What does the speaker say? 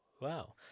Wow